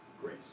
grace